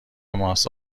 ماست